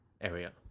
area